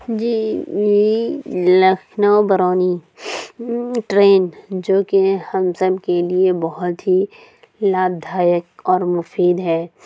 جی Lucknow Barauni train جو کہ ہم سب کے لیے بہت ہی لابھدایک اور مفید ہے